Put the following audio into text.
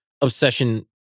obsession